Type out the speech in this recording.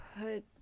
put